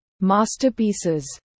masterpieces